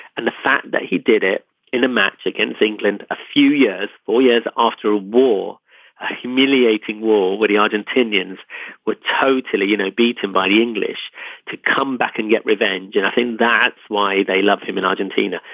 and the fact that he did it in a match against england a few years four yeah years after a war a humiliating war where he argentineans were totally you know beaten by the english to come back and get revenge and i think that's why they loved him in argentina.